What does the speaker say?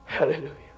Hallelujah